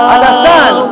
Understand